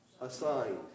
assigned